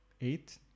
eight